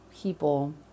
people